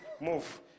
move